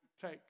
take